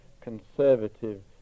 conservative